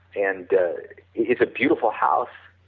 and it's a beautiful house,